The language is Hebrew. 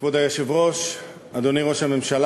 כבוד היושב-ראש, אדוני ראש הממשלה,